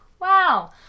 Wow